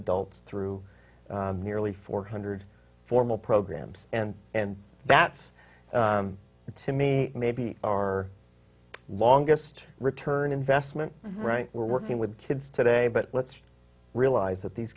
adults through nearly four hundred formal programs and and that's to me maybe our longest return investment we're working with kids today but let's realize that these